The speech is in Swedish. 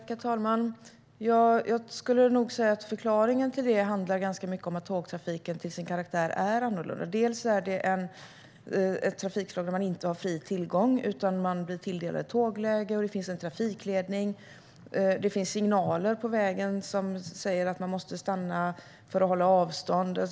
Herr talman! Jag skulle nog säga att förklaringen ganska mycket handlar om att tågtrafiken till sin karaktär är annorlunda. Det är ett trafikslag där man inte har fri tillgång utan blir tilldelad ett tågläge, och det finns en trafikledning. Det finns signaler på vägen som säger att man måste stanna för att hålla avstånd.